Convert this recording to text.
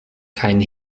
keinen